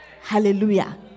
Hallelujah